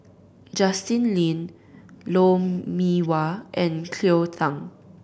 Justin Lean Lou Mee Wah and Cleo Thang